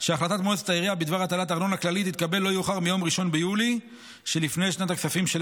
למפקח הארצי על הבחירות ריאן גאנם ולכל מנהלי ועובדי משרד הפנים על